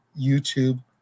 YouTube